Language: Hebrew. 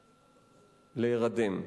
להירדם,